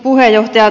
puheenjohtaja